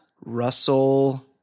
Russell